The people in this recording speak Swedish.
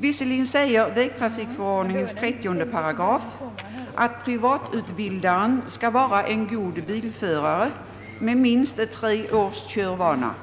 Visserligen säger <vägtrafikförordningens 30 § att privatutbildaren skall vara en god bilförare med minst tre års körvana,